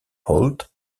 holt